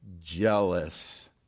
jealous